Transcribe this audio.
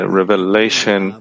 revelation